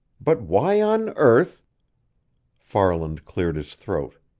but why on earth farland cleared his throat.